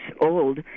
old